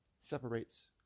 separates